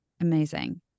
amazing